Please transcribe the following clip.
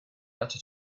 outed